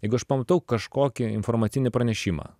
jeigu aš pamatau kažkokį informacinį pranešimą